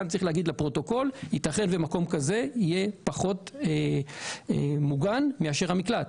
כאן צריך לומר לפרוטוקול שיתכן שמקום כזה יהיה פחות מוגן מאשר המקלט.